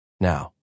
now